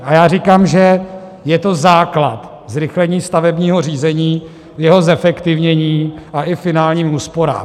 A já říkám, že je to základ, zrychlení stavebního řízení, jeho zefektivnění a i finálním úsporám.